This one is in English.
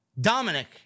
Dominic